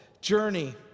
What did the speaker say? journey